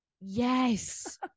yes